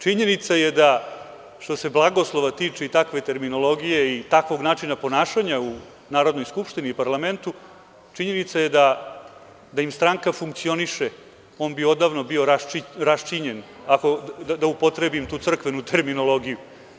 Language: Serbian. Činjenica je da što se blagoslova tiče i takve terminologije i takvog načina ponašanja u Narodnoj skupštini i parlamentu, činjenica je da im stranka funkcioniše on bi odavno bio raščinjen, da upotrebim tu crkvenu terminologiju.